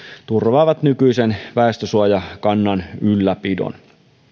turvaavat nykyisen väestönsuojakannan ylläpidon